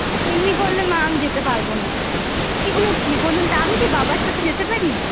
এমনি করলে মা আমি যেতে পারবো না এগুলো কি বলুন তো আমি কি বাবার সাথে যেতে পারি